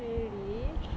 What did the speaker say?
really